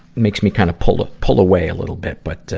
makes me kind of pull a, pull away a little bit. but,